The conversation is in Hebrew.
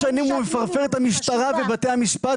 ועשר שנים הוא מפרפר את המשטרה ואת בתי המשפט,